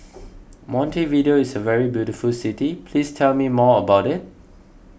Montevideo is a very beautiful city please tell me more about it